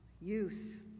Youth